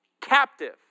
captive